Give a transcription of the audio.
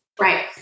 Right